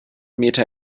meter